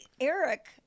Eric